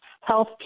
health